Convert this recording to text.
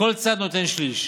כל צד נותן שליש,